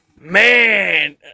Man